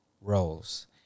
roles